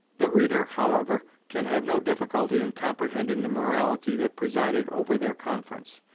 the reader, however, can have no difficulty in comprehending the morality that presided over their conference.